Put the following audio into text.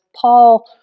Paul